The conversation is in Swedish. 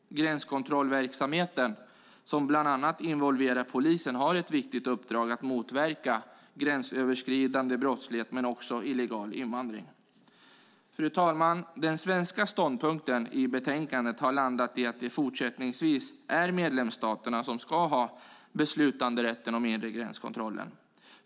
Gränskontrollverksamheten, som bland annat involverar polisen, har ett viktigt uppdrag: att motverka gränsöverskridande brottslighet och illegal invandring. Fru talman! Den svenska ståndpunkten i utlåtandet är att det fortsättningsvis är medlemsstaterna som ska ha beslutanderätten om den inre gränskontrollen.